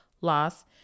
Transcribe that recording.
loss